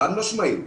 חד משמעית.